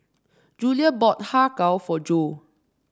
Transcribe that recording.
Julio bought Har Kow for Jo